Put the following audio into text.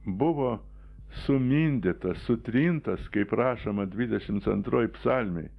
buvo sumindytas sutrintas kaip rašoma dvidešimt antroj psalmėj